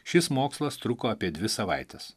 šis mokslas truko apie dvi savaites